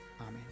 Amen